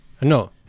No